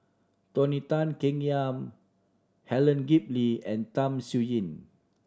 Tony Tan Keng Yam Helen Gilbey and Tham Sien Yen